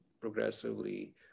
progressively